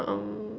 uh um